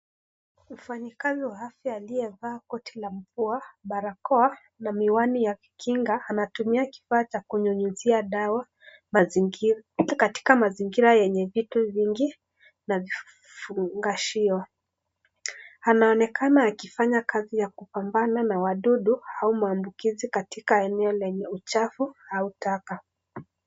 Mfanyikazi wa afya liyevaa koti la mvua, barakoa na miwani ya kinga anatumia kifaa cha kunyunyizia dawa mazingira, katika mazingira yenye vitu vingi na vifungashio, anaonekana akifanya kazi ya kupambana na wadudu au maambukizi katika eneo lenye uchafu au taka.